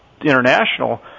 international